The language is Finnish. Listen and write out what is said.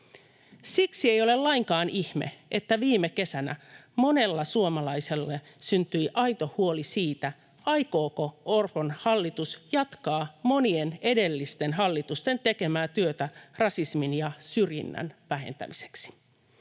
Siksi ei ole lainkaan ihme, että viime kesänä monella suomalaisella syntyi aito huoli siitä, aikooko Orpon hallitus jatkaa monien edellisten hallitusten tekemää työtä rasismin ja syrjinnän vähentämiseksi.